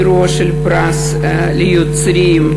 אירוע של פרס ליוצרים,